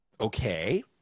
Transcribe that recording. okay